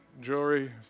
jewelry